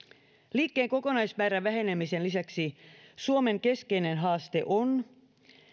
liikkeen kokonaismäärän vähenemisen lisäksi suomen keskeinen haaste on